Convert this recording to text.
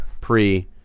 Pre